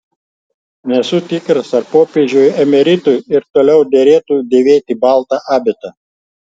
nesu tikras ar popiežiui emeritui ir toliau derėtų dėvėti baltą abitą